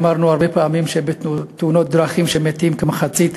אמרנו הרבה פעמים שבתאונות דרכים מתים כמחצית,